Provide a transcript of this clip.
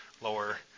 lower